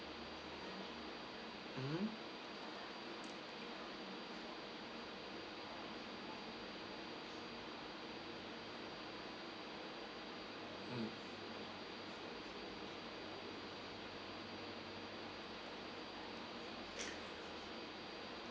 mmhmm mm